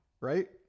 right